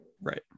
Right